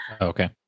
Okay